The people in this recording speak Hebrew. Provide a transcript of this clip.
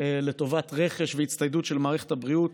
לטובת רכש והצטיידות של מערכת הבריאות,